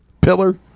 Pillar